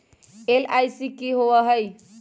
LIC की होअ हई?